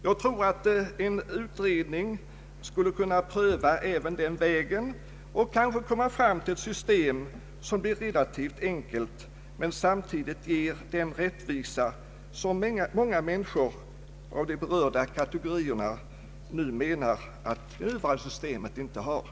Jag tror att en utredning skulle kunna pröva även den delen och kanske komma fram till ett system som är relativt enkelt men samtidigt ger den rättvisa som många människor i de berörda kategorierna nu anser att det nuvarande Systemet inte har.